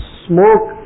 smoke